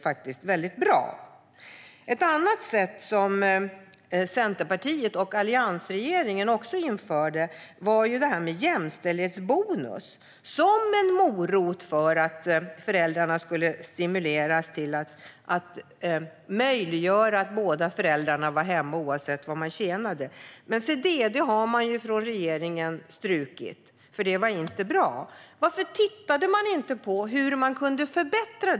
Något annat som Centerpartiet och alliansregeringen införde var jämställdhetsbonusen, som var en morot för att stimulera och möjliggöra för båda föräldrar att vara hemma oavsett vad de tjänade. Men se det har regeringen strukit, för det var inte bra! Varför tittade regeringen inte på hur systemet kunde förbättras?